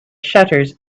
shutters